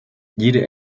jede